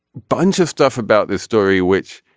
bunch of stuff about this story which